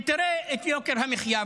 ותראה את יוקר המחיה.